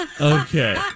okay